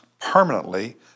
permanently